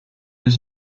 was